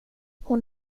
hon